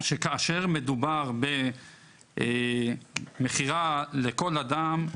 שכאשר מדובר במכירה לכל אדם,